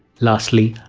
lastly,